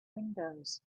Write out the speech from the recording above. windows